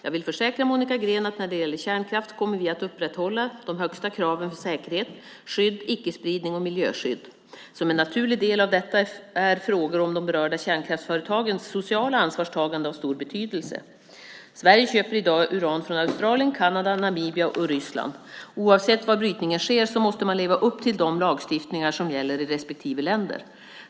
Jag vill försäkra Monica Green att när det gäller kärnkraft kommer vi att upprätthålla de högsta kraven för säkerhet, skydd, icke-spridning och miljöskydd. Som en naturlig del av detta är frågor om de berörda kärnkraftsföretagens sociala ansvarstagande av stor betydelse. Sverige köper i dag uran från Australien, Kanada, Namibia och Ryssland. Oavsett var brytningen sker måste man leva upp till de lagstiftningar som gäller i respektive länder.